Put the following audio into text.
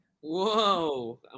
Whoa